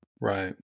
Right